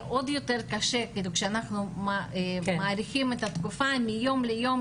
עוד יותר קשה אם אנחנו מאריכים את התקופה ומיום ליום,